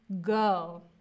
go